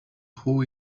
who